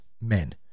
men